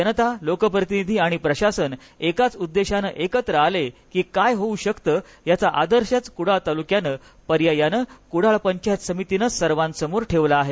जनता लोक प्रतिनिधी आणि प्रशासन एकाच उद्देशानं एकत्र आले की काय होऊ शकतं याचा आदर्शच कुडाळ तालुक्यानं पर्यायान कुडाळ पंचायत समितीने सर्वासमोर ठेवला आहे